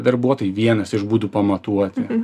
darbuotojai vienas iš būdų pamatuoti